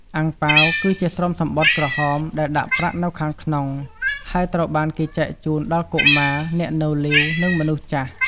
អាំងប៉ាវ គឺជាស្រោមសំបុត្រក្រហមដែលដាក់ប្រាក់នៅខាងក្នុង ហើយត្រូវបានគេចែកជូនដល់កុមារ អ្នកនៅលីវ និងមនុស្សចាស់។